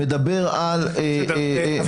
מדבר על --- אביחי,